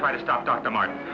try to stop dr martin